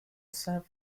serve